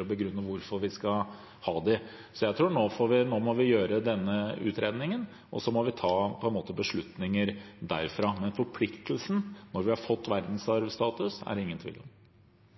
å begrunne hvorfor vi skal gjøre det. Jeg tror at vi nå må gjøre denne utredningen, og så må vi ta noen beslutninger deretter. Men forpliktelsen, når vi har fått verdensarvstatus, er det ingen tvil om.